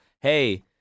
Hey